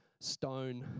stone